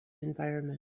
environment